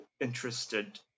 interested